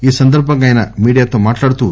ఈ సందర్భంగా ఆయన మీడియాతో మాట్లాడుతూ